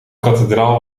kathedraal